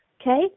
Okay